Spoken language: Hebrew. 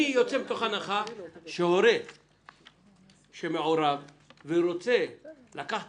אני יוצא מתוך נקודת הנחה שהורה שמעורב רוצה לקחת